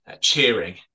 cheering